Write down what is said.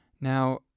Now